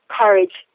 courage